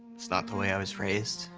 it's not the way i was raised.